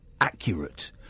accurate